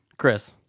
chris